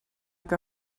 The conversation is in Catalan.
que